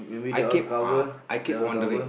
I keep I keep wondering